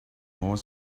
more